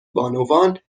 بانوان